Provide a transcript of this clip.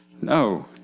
no